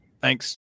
Thanks